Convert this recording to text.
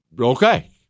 okay